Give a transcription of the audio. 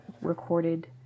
recorded